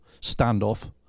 standoff